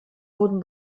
wurden